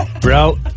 bro